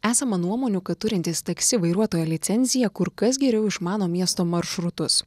esama nuomonių kad turintys taksi vairuotojo licenciją kur kas geriau išmano miesto maršrutus